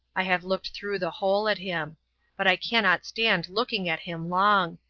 i have looked through the hole at him but i cannot stand looking at him long,